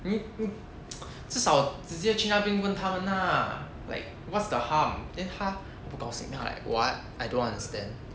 你 um 至少直接去那边问他们啦 like what's the harm then 他不高兴他 like what I don't understand